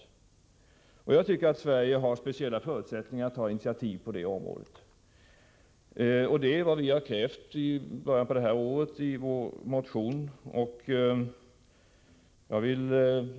Jag tycker att Sverige här har speciella förutsättningar att ta initiativ. Det är också vad vi i början av året krävde i vår motion.